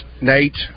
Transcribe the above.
Nate